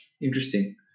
interesting